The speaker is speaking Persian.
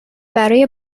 برای